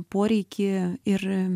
poreikį ir